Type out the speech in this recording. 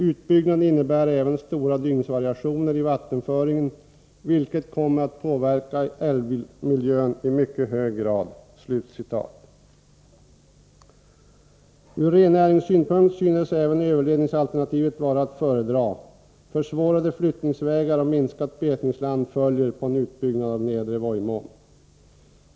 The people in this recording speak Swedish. Utbyggnaden innebär även stora dygnsvariationer i vattenföringen vilket kommer att påverka älvmiljön i mycket hög grad.” Även ur rennäringssynpunkt synes överledningsalternativet vara att föredra. Försvårade flyttningsvägar och minskat betningsland följer på en utbyggnad av Nedre Vojmån.